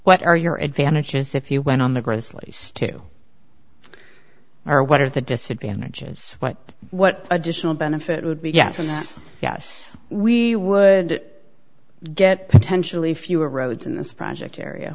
what are your advantages if you went on the grizzlies to are what are the disadvantages what what additional benefit would be yes and yes we would get potentially fewer roads in this project area